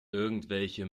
irgendwelche